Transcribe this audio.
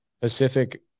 Pacific